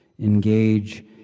engage